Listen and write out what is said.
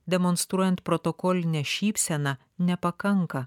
demonstruojant protokolinę šypseną nepakanka